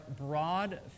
broad